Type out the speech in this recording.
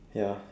ya